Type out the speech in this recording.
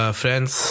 friends